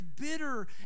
bitter